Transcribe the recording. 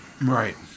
Right